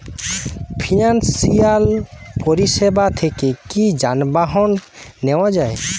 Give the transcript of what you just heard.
Financial পরিসেবা থেকে কি যানবাহন নেওয়া যায়?